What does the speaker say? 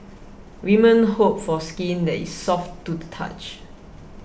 women hope for skin that is soft to the touch